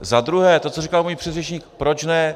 Zadruhé to, co říkal můj předřečník, proč ne.